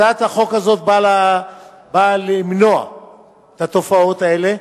הצעת החוק הזאת באה למנוע את התופעות האלה.